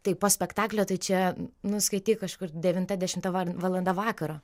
tai po spektaklio tai čia nu skaityk kažkur devinta dešimta var valanda vakaro